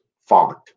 font